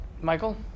Michael